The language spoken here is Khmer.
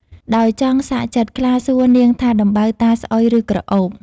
ដោយចង់សាកចិត្ត ខ្លាសួរនាងថាដំបៅតាស្អុយឬក្រអូប?